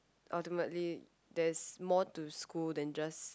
ultimately there is more to school than just